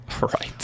Right